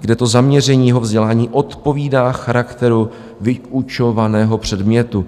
kde to zaměření jeho vzdělání odpovídá charakteru vyučovaného předmětu.